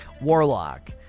Warlock